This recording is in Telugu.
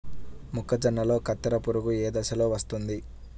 మొక్కజొన్నలో కత్తెర పురుగు ఏ దశలో వస్తుంది?